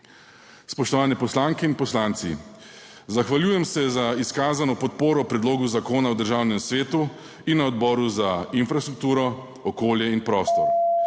Spoštovane poslanke in poslanci! Zahvaljujem se za izkazano podporo predlogu zakona v Državnem svetu in na Odboru za infrastrukturo, okolje in prostor.